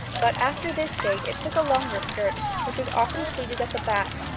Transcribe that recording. but after this date it took a longer skirt, which was often pleated at the back,